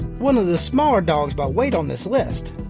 one of the smaller dogs by weight on this list.